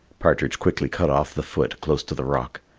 partridge quickly cut off the foot close to the rock,